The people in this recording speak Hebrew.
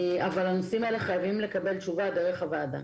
אבל הנושאים האלה חייבים לקבל תשובה דרך הוועדה.